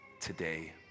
today